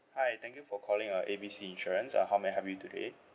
hi thank you for calling uh A B C insurance uh how may I help you today